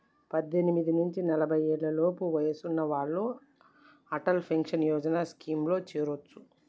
పద్దెనిమిది నుంచి నలభై ఏళ్లలోపు వయసున్న వాళ్ళు అటల్ పెన్షన్ యోజన స్కీమ్లో చేరొచ్చు